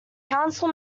council